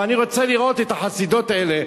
ואני רוצה לראות את החסידות האלה,